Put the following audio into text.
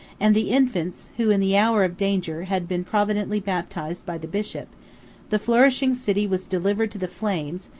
and the infants, who, in the hour of danger, had been providently baptized by the bishop the flourishing city was delivered to the flames,